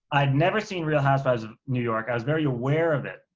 i'd never seen real housewives of new york. i was very aware of it.